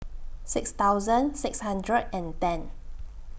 six thousand six hundred and ten